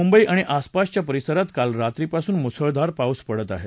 मुंबई आणि आसपाच्या परिसरात काल रात्रीपासून मुसळधार पाऊस पडत आहे